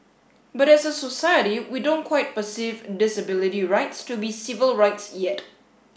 but as a society we don't quite perceive disability rights to be civil rights yet